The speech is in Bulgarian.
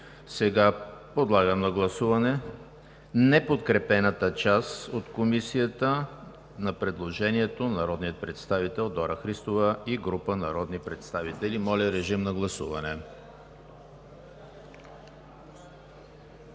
Сега подлагам на гласуване неподкрепената част от Комисията на предложението на народния представител Дора Христова и група народни представители. Гласували